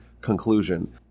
conclusion